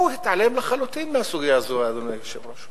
הוא התעלם לחלוטין מהסוגיה הזו, אדוני היושב-ראש.